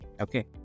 okay